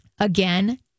Again